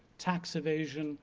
tax evasion